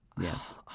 Yes